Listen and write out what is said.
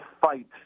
fight